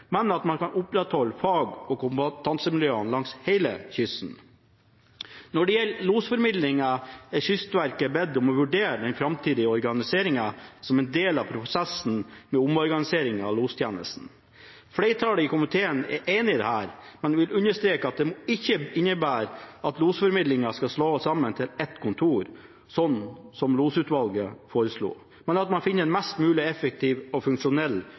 men at man kan opprettholde fag- og kompetansemiljøene langs hele kysten. Når det gjelder losformidlingen, er Kystverket bedt om å vurdere den framtidige organiseringen som en del av prosessen med omorganiseringen av lostjenesten. Flertallet i komiteen er enig i dette, men vil understreke at det ikke innebærer at losformidlingen skal slås sammen til ett kontor, som losutvalget foreslo, men at man finner en mest mulig effektiv og funksjonell